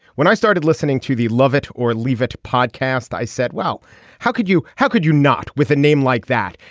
when i started listening to the love it or leave it podcast i said well how could you how could you not with a name like that.